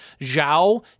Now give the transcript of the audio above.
Zhao